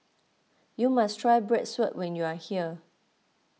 you must try Bratwurst when you are here